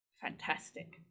Fantastic